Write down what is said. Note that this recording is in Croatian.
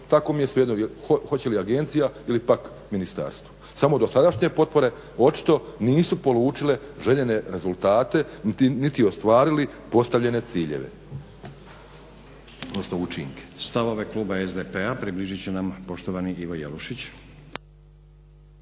tako mi je svejedno, hoće li agencija ili pak ministarstvo. Samo dosadašnje potpore očito nisu polučile željene rezultate niti ostvarili postavljene ciljeve